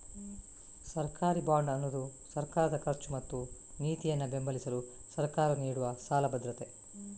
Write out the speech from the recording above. ಸರ್ಕಾರಿ ಬಾಂಡ್ ಅನ್ನುದು ಸರ್ಕಾರದ ಖರ್ಚು ಮತ್ತು ನೀತಿಯನ್ನ ಬೆಂಬಲಿಸಲು ಸರ್ಕಾರವು ನೀಡುವ ಸಾಲ ಭದ್ರತೆ